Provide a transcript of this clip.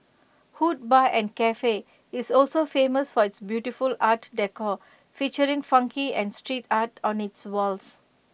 hood bar and Cafe is also famous for its beautiful art decor featuring funky and street art on its walls